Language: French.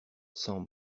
cent